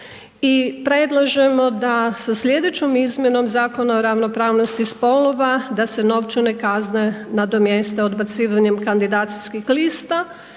i predlažemo da sa sljedećom izmjenom Zakona o ravnopravnosti spolova, da se novčane kazne nadomjeste odbacivanjem kandidacijskih lista,